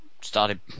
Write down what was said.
started